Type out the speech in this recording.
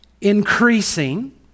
increasing